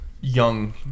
young